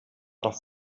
doch